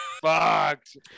fucked